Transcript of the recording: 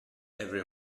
every